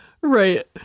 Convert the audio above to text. right